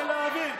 אני רוצה להבין.